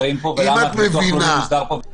מוסדרים פה ולמה ביטוח לאומי מוסדר פה?